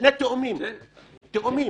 תאומים,